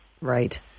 right